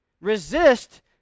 Resist